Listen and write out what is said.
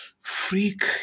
Freak